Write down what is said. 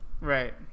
Right